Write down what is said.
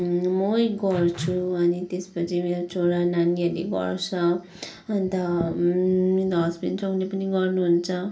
मै गर्छु अनि त्यसपछि मेरो छोरा नानीहरूले गर्छ अन्त मेरो हस्बेन्ड छ उसले पनि गर्नुहुन्छ